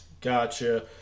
Gotcha